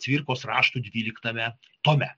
cvirkos raštų dvyliktame tome